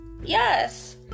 Yes